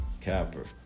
capper